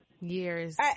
years